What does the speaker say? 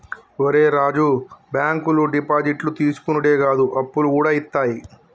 ఒరే రాజూ, బాంకులు డిపాజిట్లు తీసుకునుడే కాదు, అప్పులుగూడ ఇత్తయి